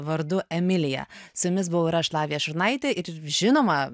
vardu emilija su jumis buvau ir aš lavija šurnaitė ir žinoma